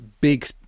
big